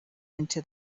into